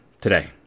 today